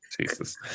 Jesus